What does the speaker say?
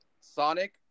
Sonic